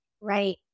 Right